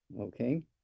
Okay